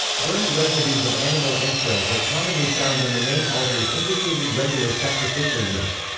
burned residues of animal entrails are commonly found on the main altars indicating regular sacrificial use.